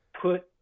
put